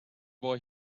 boy